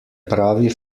pravi